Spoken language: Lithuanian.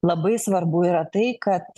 labai svarbu yra tai kad